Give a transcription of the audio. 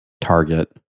target